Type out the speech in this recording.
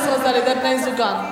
16 זה על-ידי בני זוגן.